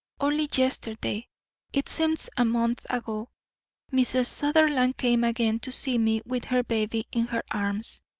only yesterday it seems a month ago mrs. sutherland came again to see me with her baby in her arms.